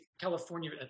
California